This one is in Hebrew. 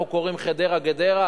מה שאנחנו קוראים "חדרה גדרה",